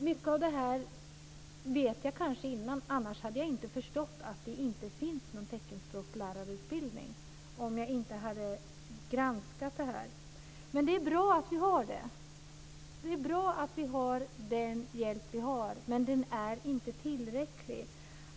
Mycket visste jag kanske innan; jag hade nog inte förstått att det inte finns någon teckenspråkslärarutbildning om jag inte hade granskat det här. Det är bra att vi har den hjälp vi har - men den är inte tillräcklig.